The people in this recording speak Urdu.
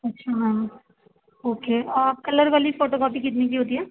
اچھا میم اوکے اور کلر والی فوٹو کاپی کتنے کی ہوتی ہے